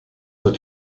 het